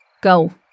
Go